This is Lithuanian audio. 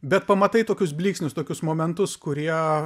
bet pamatai tokius blyksnius tokius momentus kurie